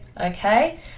Okay